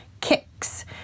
kicks